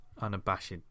unabashed